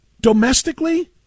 Domestically